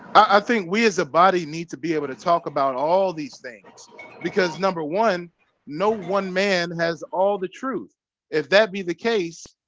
i think we as a body needs to be able to talk about all these things because number one no one man has all the truth if that be the case,